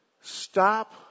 Stop